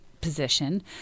position